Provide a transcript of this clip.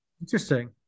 Interesting